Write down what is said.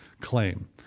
claim